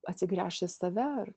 atsigręžt į save ar